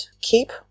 keep